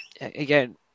again